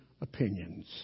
opinions